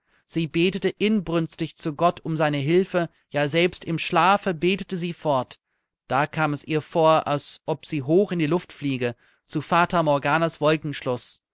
sie betete inbrünstig zu gott um seine hilfe ja selbst im schlafe betete sie fort da kam es ihr vor als ob sie hoch in die luft fliege zu fata morganas wolkenschloß